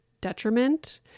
detriment